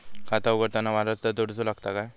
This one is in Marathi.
खाता उघडताना वारसदार जोडूचो लागता काय?